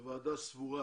הוועדה סבורה